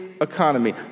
economy